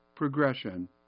progression